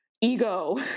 ego